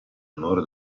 onore